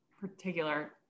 particular